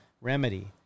remedy